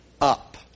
up